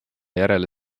järele